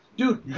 Dude